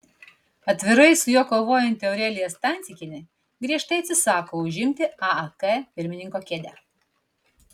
atvirai su juo kovojanti aurelija stancikienė griežtai atsisako užimti aak pirmininko kėdę